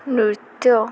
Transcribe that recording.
ନୃତ୍ୟ